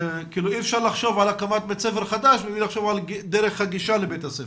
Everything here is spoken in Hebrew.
אי אפשר לחשוב על הקמת בית ספר חדש מבלי לחשוב על דרך הגישה לבית הספר.